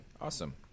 Awesome